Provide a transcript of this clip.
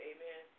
Amen